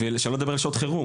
ושלא נדבר על שעות חירום.